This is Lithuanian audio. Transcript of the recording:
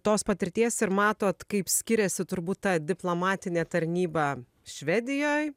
tos patirties ir matot kaip skiriasi turbūt ta diplomatinė tarnyba švedijoj